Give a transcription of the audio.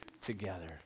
together